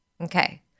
okay